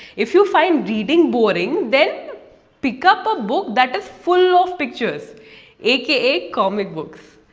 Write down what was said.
if you find reading boring then pick up a book that is full of pictures aka comic books.